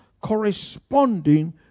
corresponding